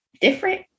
different